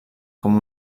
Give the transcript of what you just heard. com